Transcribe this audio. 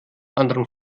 anderen